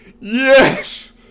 yes